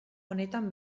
honetan